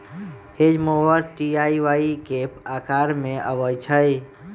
hedge mower T आ Y के अकार में अबई छई